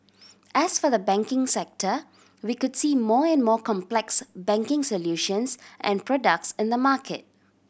as for the banking sector we could see more and more complex banking solutions and products in the market